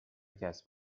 کسب